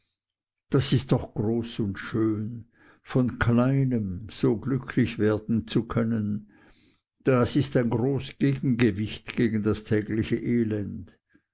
das ist doch groß und schön von kleinem so glücklich werden zu können das ist ein groß gegengewicht gegen das tägliche elend